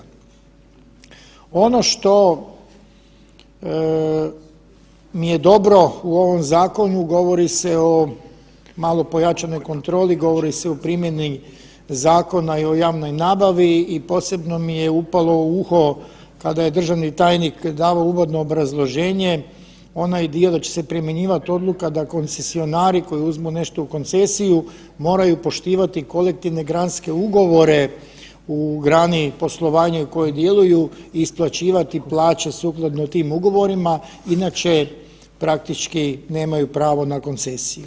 Ono što mi je dobro u ovom zakonu govori se o malo pojačanoj kontroli, govori se o primjeni zakona i o javnoj nabavi i posebno mi upalo u uho kada je državni tajnik davao uvodno obrazloženje onaj dio da će se primjenjivati odluka da koncesionari koji uzmu nešto u koncesiju moraju poštivati kolektivne granske ugovore u grani poslovanja u kojoj djeluju i isplaćivati plaće sukladno tim ugovorima inače praktički nemaju pravo na koncesiju.